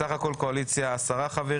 סך הכול קואליציה 10 חברים.